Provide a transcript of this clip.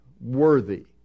worthy